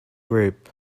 group